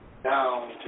down